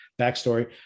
backstory